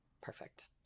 Perfect